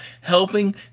helping